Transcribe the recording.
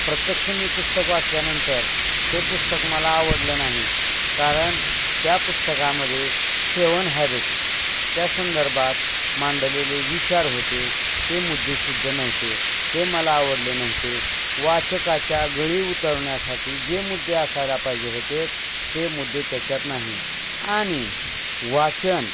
प्रत्यक्ष मी पुस्तक वाचल्यानंतर ते पुस्तक मला आवडलं नाही कारण त्या पुस्तकामध्ये सेव्हन हॅबिट्सच्या संदर्भात मांडलेले विचार होते ते मुद्दे शुद्ध नव्हते ते मला आवडले नव्हते वाचकाच्या गळी उतरवण्यासाठी जे मुद्दे असायला पाहिजे होते ते मुद्दे त्याच्यात नाही आणि वाचन